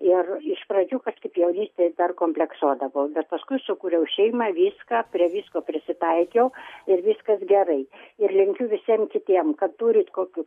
ir iš pradžių kažkaip jaunystėj dar kompleksuodavau bet paskui sukūriau šeimą viską prie visko prisitaikiau ir viskas gerai ir linkiu visiem kitiem kad turit kokių